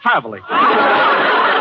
Traveling